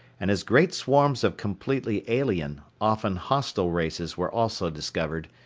and as great swarms of completely alien, often hostile races were also discovered,